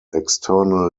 external